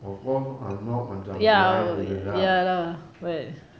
of course I'm not macam blind to this ah